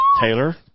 Taylor